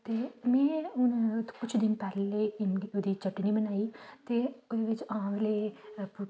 ते में हून कुछ दिन पैह्लें इम ओह्दी चटनी बनाई ते ओह्दे बिच्च आमले पु